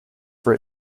for